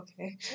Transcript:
okay